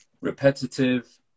Repetitive